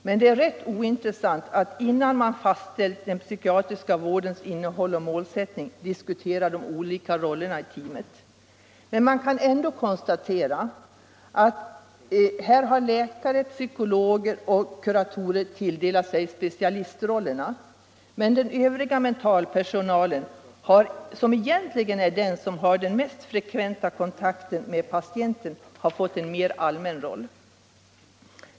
Men det är rätt ointressant att innan man har fastställt den psykiatriska vårdens innehåll och målsättning diskutera de olika rollerna i teamet. Man kan dock konstatera att här har läkare, psykologer och kuratorer tilldelat sig specialistrollerna men att den övriga mentalvårdspersonalen, som egentligen har den mest frekventa kontakten med patienten, har fått en mer allmän roll.